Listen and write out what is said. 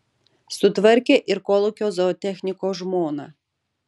sutvarkė ir kolūkio zootechniko žmoną